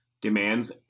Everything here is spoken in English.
demands